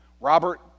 Robert